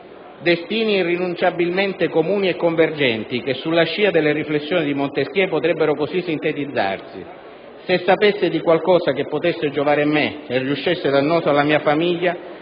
Destini irrinunciabilmente comuni e convergenti, che sulla scia della riflessione di Montesquieu potrebbero così sintetizzarsi: «Se sapessi di qualcosa che potesse giovare a me e riuscisse dannoso alla mia famiglia,